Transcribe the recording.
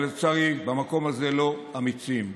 אבל לצערי במקום הזה לא אמיצים.